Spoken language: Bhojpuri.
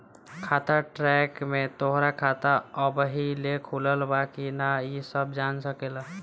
खाता ट्रैक में तोहरा खाता अबही ले खुलल बा की ना इ सब जान सकेला